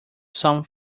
some